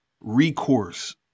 recourse